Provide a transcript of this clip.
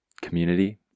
community